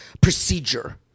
procedure